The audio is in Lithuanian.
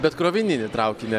bet krovininį traukinį